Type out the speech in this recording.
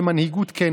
להתבכיין.